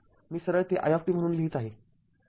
मी सरळ ते i म्हणून लिहीत आहे